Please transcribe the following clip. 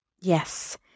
Yes